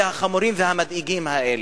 החמורים והמדאיגים האלה,